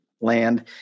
land